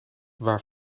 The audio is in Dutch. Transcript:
waar